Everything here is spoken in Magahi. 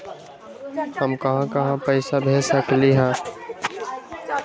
हम कहां कहां पैसा भेज सकली ह?